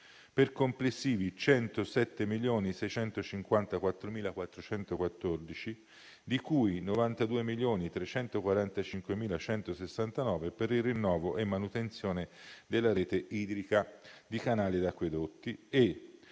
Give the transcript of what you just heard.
per complessivi euro 107.654.414, di cui 92.345.169 per il rinnovo e la manutenzione della rete idrica di canali e di acquedotti e